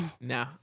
No